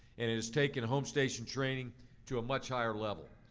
and it has taken home station training to a much higher level.